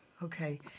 Okay